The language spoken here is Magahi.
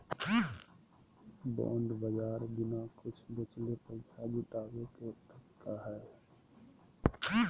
बॉन्ड बाज़ार बिना कुछ बेचले पैसा जुटाबे के तरीका हइ